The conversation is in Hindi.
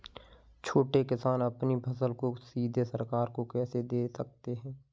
छोटे किसान अपनी फसल को सीधे सरकार को कैसे दे सकते हैं?